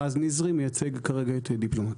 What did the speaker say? רז נזרי מייצג כרגע את דיפלומט.